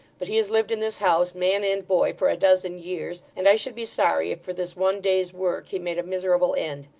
but he has lived in this house, man and boy, for a dozen years, and i should be sorry if for this one day's work he made a miserable end.